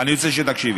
אני רוצה שתקשיבי.